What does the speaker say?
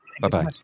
Bye-bye